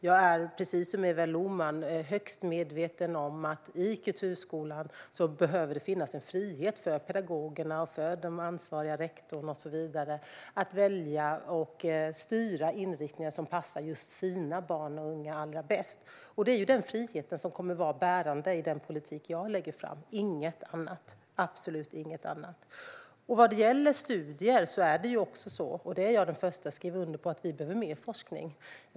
Jag är precis som Eva Lohman högst medveten om att det i kulturskolan behöver finnas en frihet för pedagogerna, de ansvariga, rektorn och så vidare, att välja att styra inriktningen mot det som passar just deras barn och unga allra bäst. Den friheten kommer att vara bärande i den politik som jag lägger fram, absolut inget annat. Vad gäller studier är jag den första att skriva under på att vi behöver mer forskning.